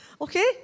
Okay